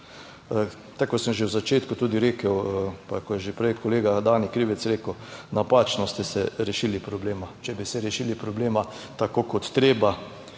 kot sem že v začetku tudi rekel, pa kot je že prej kolega Danijel Krivec rekel, napačno ste se rešili problema. Če bi se rešili problema tako kot je treba.